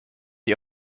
ihr